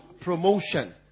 promotion